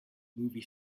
movie